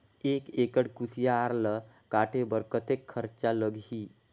एक एकड़ कुसियार ल काटे बर कतेक खरचा लगही?